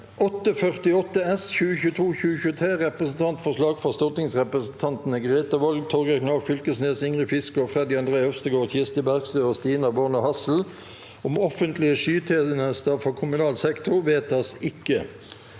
om Representantforslag fra stortingsrepresentantene Grete Wold, Torgeir Knag Fylkesnes, Ingrid Fiskaa, Freddy André Øvstegård, Kirsti Bergstø og Stina Baarne Hassel om offentlige skytjenester for kommunal sektor (Innst.